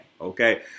Okay